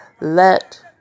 let